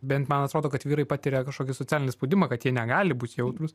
bent man atrodo kad vyrai patiria kažkokį socialinį spaudimą kad jie negali būt jautrūs